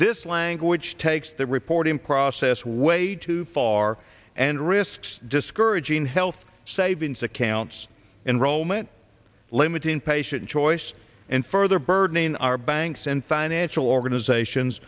this language takes the reporting process way too far and risks discouraging health savings accounts enrollment limiting patient choice and further burdening our banks and financial organizations